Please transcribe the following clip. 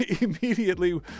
immediately